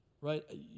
right